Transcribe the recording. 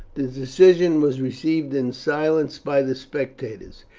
the decision was received in silence by the spectators.